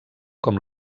com